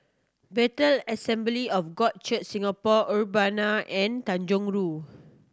Bethel Assembly of God Church Singapore Urbana and Tanjong Rhu